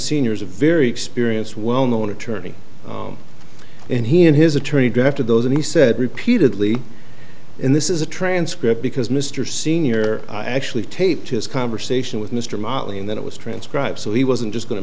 seniors a very experienced well known attorney and he and his attorney drafted those and he said repeatedly in this is a transcript because mr senior actually taped his conversation with mr motley and then it was transcribed so he wasn't just go